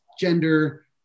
gender